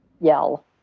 yell